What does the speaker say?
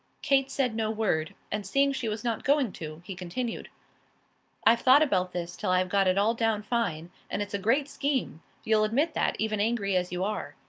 kate said no word, and seeing she was not going to, he continued i've thought about this till i've got it all down fine, and it's a great scheme you'll admit that, even angry as you are.